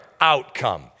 outcome